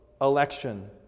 election